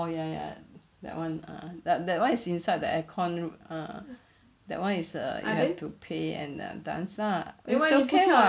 orh ya ya that one ah that that one is inside the aircon err that one is err need to pay and err dance lah okay lah